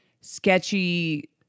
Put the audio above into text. sketchy